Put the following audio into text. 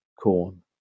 corn